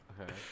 Okay